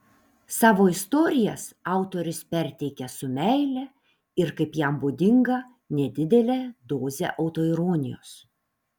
savo istorijas autorius perteikia su meile ir kaip jam būdinga nedidele doze autoironijos